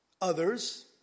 others